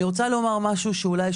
אני רוצה לומר משהו שאולי,